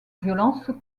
violence